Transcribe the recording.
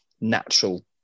natural